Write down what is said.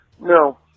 No